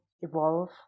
evolve